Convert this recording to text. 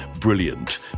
brilliant